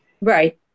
Right